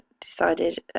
decided